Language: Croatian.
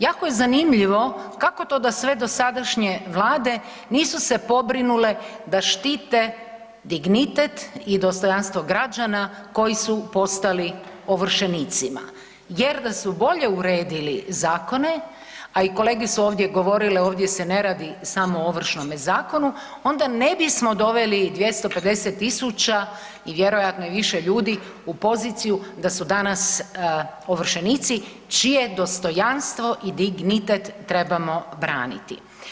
Jako je zanimljivo kako to da sve dosadašnje vlade nisu se pobrinule da štite dignitet i dostojanstvo građana koji su postali ovršenicima jer da su bolje uredili zakone, a i kolege su ovdje govorile, ovdje se ne radi samo o Ovršnome zakonu, onda ne bismo doveli 250 000 i vjerovatno i više ljudi, u poziciju da su danas ovršenici čije dostojanstvo i dignitet trebamo braniti.